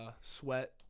sweat